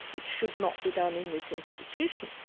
it should not be done in this institution.